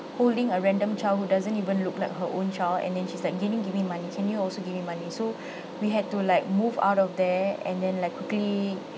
holding a random child who doesn't even looked like her own child and then she's like give me give me money can you also give me money so we had to like move out of there and then like quickly